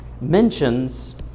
mentions